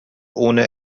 ohne